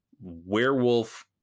werewolf